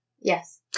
Yes